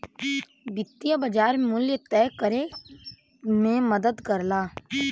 वित्तीय बाज़ार मूल्य तय करे में मदद करला